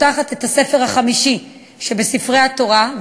הפותחת את הספר החמישי שבספרי התורה,